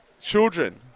children